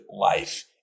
life